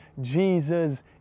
Jesus